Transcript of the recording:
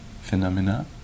phenomena